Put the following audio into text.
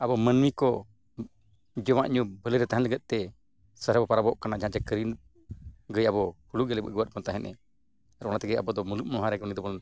ᱟᱵᱚ ᱢᱟᱹᱱᱢᱤ ᱠᱚ ᱡᱚᱢᱟᱜᱼᱧᱩ ᱵᱷᱟᱹᱞᱟᱹᱭ ᱨᱮ ᱛᱟᱦᱮᱱ ᱞᱟᱹᱜᱤᱫ ᱛᱮ ᱥᱚᱦᱚᱨᱟᱭ ᱵᱚᱱ ᱯᱚᱨᱚᱵᱚᱜ ᱠᱟᱱᱟ ᱡᱟᱦᱟᱸ ᱡᱮ ᱠᱟᱹᱨᱤ ᱜᱟᱹᱭ ᱟᱵᱚ ᱦᱩᱲᱩ ᱜᱮᱞᱮ ᱟᱹᱜᱩᱣᱟᱫ ᱵᱚᱱ ᱛᱟᱦᱮᱸᱫ ᱮ ᱟᱨ ᱚᱱᱟᱛᱮᱜᱮ ᱟᱵᱚ ᱫᱚ ᱢᱩᱞᱩᱜ ᱢᱟᱬᱟ ᱨᱮᱜᱮ ᱩᱱᱤ ᱫᱚᱵᱚᱱ